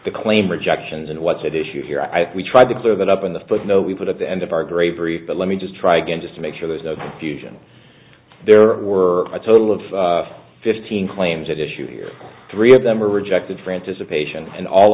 the claim rejections and what's at issue here i tried to clear that up in the foot no we put at the end of our great grief but let me just try again just to make sure there's no confusion there were a total of fifteen claims at issue here three of them were rejected for anticipation and all